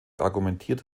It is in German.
argumentiert